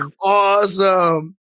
awesome